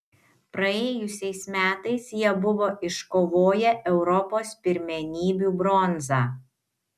praėjusiais metais jie buvo iškovoję europos pirmenybių bronzą